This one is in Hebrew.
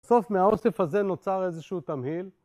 בסוף מהאוסף הזה נוצר איזשהו תמהיל